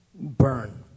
burn